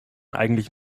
eigentlich